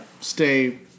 stay